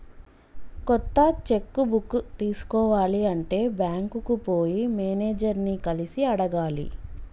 కొత్త cheque book తీసుకోవాలి అంటే బ్యాంకుకు పోయి మేనేజర్ ని కలిసి అడగాలి